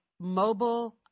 mobile